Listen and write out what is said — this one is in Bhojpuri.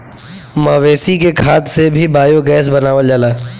मवेशी के खाद से भी बायोगैस बनावल जाला